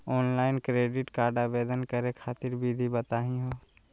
Online credit card आवेदन करे खातिर विधि बताही हो?